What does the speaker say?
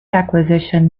acquisition